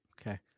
Okay